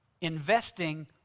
Investing